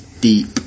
deep